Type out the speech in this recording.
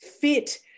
fit